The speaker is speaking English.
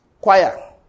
choir